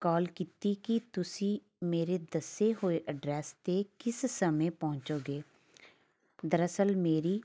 ਕਾਲ ਕੀਤੀ ਕਿ ਤੁਸੀਂ ਮੇਰੇ ਦੱਸੇ ਹੋਏ ਐਡਰੈਸ 'ਤੇ ਕਿਸ ਸਮੇਂ ਪਹੁੰਚੋਂਗੇ ਦਰਅਸਲ ਮੇਰੀ